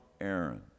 Aaron